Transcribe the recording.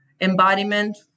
embodiment